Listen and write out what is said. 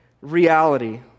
reality